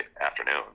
afternoon